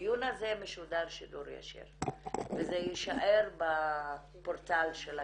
הדיון משודר שידור ישיר וזה יישאר בפורטל הכנסת,